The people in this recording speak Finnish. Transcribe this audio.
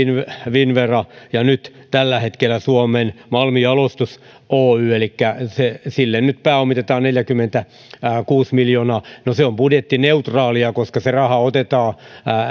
finnvera ja nyt tällä hetkellä suomen malmijalostus oy elikkä sille nyt pääomitetaan neljäkymmentäkuusi miljoonaa no se on budjettineutraalia koska se raha otetaan